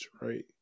right